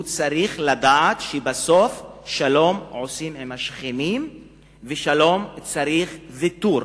הוא צריך לדעת שבסוף שלום עושים עם השכנים ושלום מצריך ויתור,